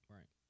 Right